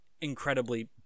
incredibly